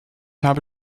habe